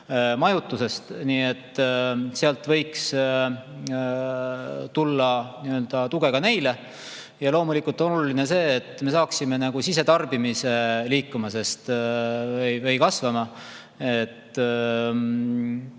Nii et sealt võiks tulla tuge ka neile. Ja loomulikult on oluline see, et me saaksime sisetarbimise liikuma või kasvama. See on